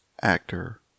Actor